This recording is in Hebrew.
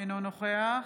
אינו נוכח